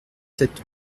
sept